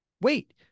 Wait